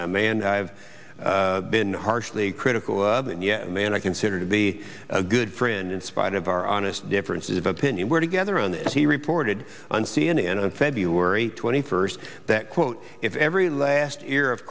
have been harshly critical of and yet man i consider to be a good friend in spite of our honest differences of opinion we're together on this he reported on c n n on february twenty first that quote if every last ear of